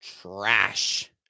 Trash